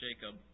Jacob